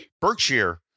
Berkshire